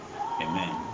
Amen